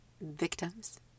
victims